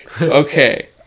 Okay